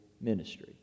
ministry